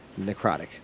necrotic